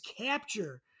capture